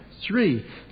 three